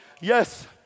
Yes